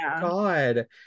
god